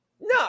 no